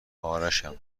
ارشم